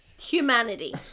humanity